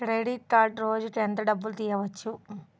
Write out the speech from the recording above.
Credit కార్డులో రోజుకు ఎంత డబ్బులు తీయవచ్చు?